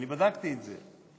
אני בדקתי את זה.